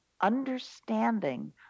understanding